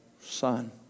son